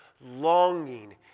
longing